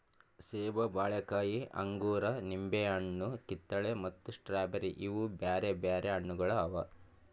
ಸೇಬ, ಬಾಳೆಕಾಯಿ, ಅಂಗೂರ, ನಿಂಬೆ ಹಣ್ಣು, ಕಿತ್ತಳೆ ಮತ್ತ ಸ್ಟ್ರಾಬೇರಿ ಇವು ಬ್ಯಾರೆ ಬ್ಯಾರೆ ಹಣ್ಣುಗೊಳ್ ಅವಾ